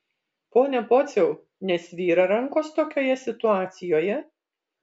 pone pociau nesvyra rankos tokioje situacijoje